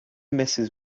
mrs